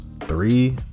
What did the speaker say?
Three